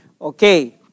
Okay